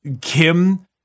Kim